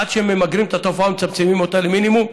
עד שממגרים את התופעה ומצמצמים אותה למינימום,